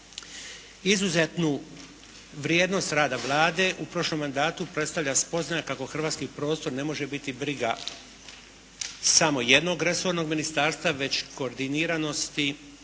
Izuzetnu vrijednost rada Vlade u prošlom mandatu predstavlja spoznaja kako hrvatski prostor ne može biti briga samo jednog resornog ministarstva, već koordiniranosti